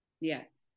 Yes